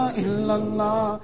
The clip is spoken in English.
illallah